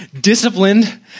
Disciplined